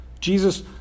Jesus